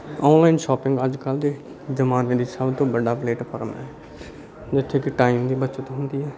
online shopping ਅੱਜ ਕੱਲ੍ਹ ਦੇ ਜ਼ਮਾਨੇ ਦੀ ਸਭ ਤੋਂ ਵੱਡਾ ਪਲੇਟਫਾਰਮ ਹੈ ਜਿੱਥੇ ਕਿ ਟਾਈਮ ਦੀ ਬੱਚਤ ਹੁੰਦੀ ਹੈ